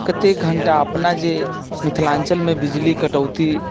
कत्ते घण्टा अपना जे मिथिलाञ्चलमे बिजली कटौती